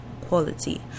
quality